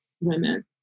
women